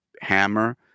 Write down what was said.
Hammer